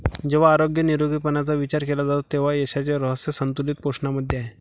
जेव्हा आरोग्य निरोगीपणाचा विचार केला जातो तेव्हा यशाचे रहस्य संतुलित पोषणामध्ये आहे